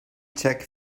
czech